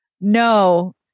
No